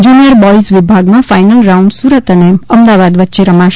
junior boys વિભાગમાં final round Surat અને અમદાવાદ વચ્ચે રમાશે